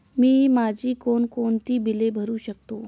मी माझी कोणकोणती बिले भरू शकतो?